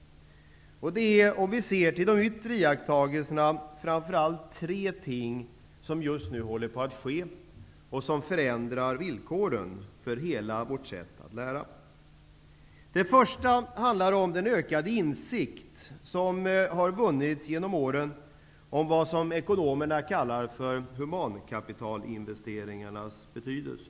Vi ser bland de yttre iakttagelserna framför allt tre ting som just nu håller på att ske och som förändrar villkoren för hela vårt sätt att lära. Den första utgångspunkten handlar om den ökade insikt som har vunnits genom åren om vad som ekonomerna kallar för humankapitalinvesteringarnas betydelse.